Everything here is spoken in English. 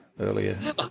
earlier